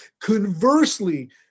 Conversely